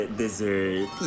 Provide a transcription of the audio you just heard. dessert